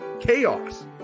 Chaos